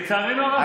לצערנו הרב,